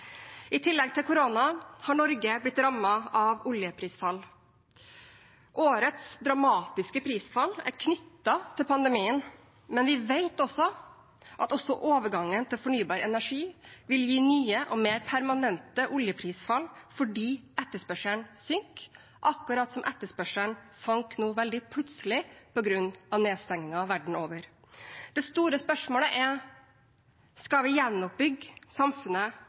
I tillegg til korona har Norge blitt rammet av oljeprisfall. Årets dramatiske prisfall er knyttet til pandemien, men vi vet at også overgangen til fornybar energi vil gi nye og mer permanente oljeprisfall, fordi etterspørselen synker, akkurat som etterspørselen sank nå veldig plutselig på grunn av nedstengingen verden over. Det store spørsmålet er: Skal vi gjenoppbygge samfunnet